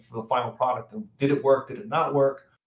the final product and did it work? did it not work?